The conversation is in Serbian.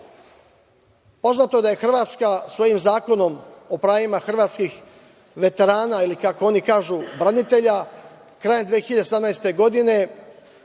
poznato je da je Hrvatska svojim zakonom o pravima hrvatskih veterana i kako oni kažu branitelja, krajem 2018. godine,